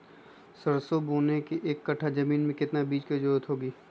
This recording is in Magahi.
सरसो बोने के एक कट्ठा जमीन में कितने बीज की जरूरत होंगी?